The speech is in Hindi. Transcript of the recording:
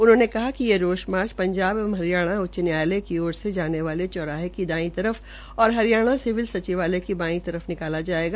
उन्होंने कहा कि ये रोष मार्च पंजाब एंव हरियाणा उच्च न्यायालय की ओर से जाने वाले चौराहे की दाई तरफ और हरियाणा सिविल सचिवालय की बाई तरफ निकाला जायेगा